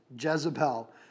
Jezebel